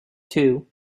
two